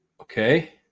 Okay